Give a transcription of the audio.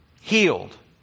healed